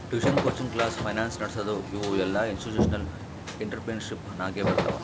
tuition, coaching class, finance ನಡಸದು ಇವು ಎಲ್ಲಾಇನ್ಸ್ಟಿಟ್ಯೂಷನಲ್ ಇಂಟ್ರಪ್ರಿನರ್ಶಿಪ್ ನಾಗೆ ಬರ್ತಾವ್